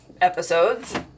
episodes